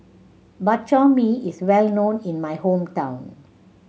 Bak Chor Mee is well known in my hometown